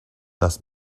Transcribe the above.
las